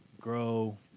grow